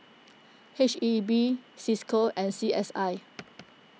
H E B Cisco and C S I